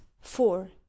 four